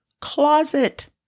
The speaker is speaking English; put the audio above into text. closet